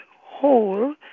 whole